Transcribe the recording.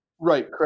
Right